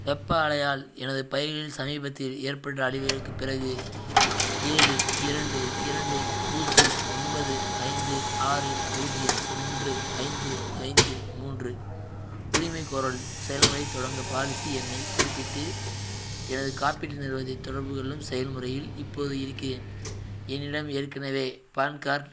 வெப்ப அலையால் எனது பயிர்களில் சமீபத்தில் ஏற்பட்ட அழிவுகளுக்கு பிறகு ஏழு இரண்டு இரண்டு பூஜ்ஜியம் ஒன்பது ஐந்து ஆறு பூஜ்ஜியம் ஒன்று ஐந்து ஐந்து மூன்று உரிமைகோரல் செயல்முறை தொடங்க பாலிசி எண்ணைக் குறிப்பிட்டு எனது காப்பீட்டு நிறுவனத்தைத் தொடர்பு கொள்ளும் செயல்முறையில் இப்போது இருக்கிறேன் என்னிடம் ஏற்கனவே பான் கார்ட்